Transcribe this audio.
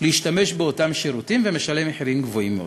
להשתמש באותם שירותים בבית-החולים ומשלם מחירים גבוהים מאוד.